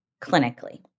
clinically